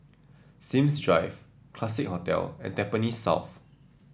Sims Drive Classique Hotel and Tampines South